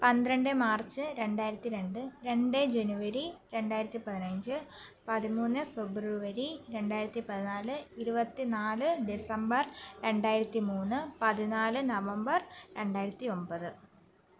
പന്ത്രണ്ട് മാർച്ച് രണ്ടായിരത്തി രണ്ട് രണ്ട് ജനുവരി രണ്ടായിരത്തി പതിനഞ്ച് പതിമൂന്ന് ഫെബ്രുവരി രണ്ടായിരത്തി പതിനാല് ഇരുപത്തിനാല് ഡിസംബർ രണ്ടായിരത്തി മൂന്ന് പതിനാല് നവംബർ രണ്ടായിരത്തി ഒൻപത്